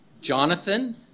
Jonathan